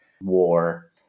war